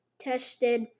tested